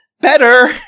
better